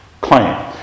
claim